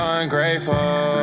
ungrateful